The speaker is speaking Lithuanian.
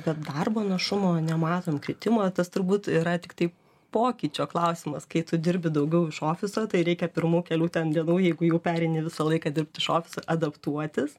bet darbo našumo nematant kritimo tas turbūt yra tiktai pokyčio klausimas kai tu dirbi daugiau iš ofiso tai reikia pirmų kelių ten dienų jeigu jau pereini visą laiką dirbt iš ofiso adaptuotis